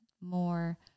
more